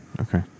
okay